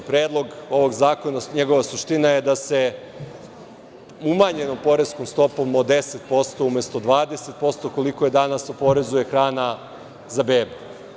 Predlog ovog zakona, njegova suština je da se umanjenom poreskom stopom od 10%, umesto 20% koliko je danas, oporezuje hrana za bebu.